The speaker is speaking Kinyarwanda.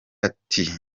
ati